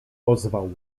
ozwał